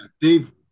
Dave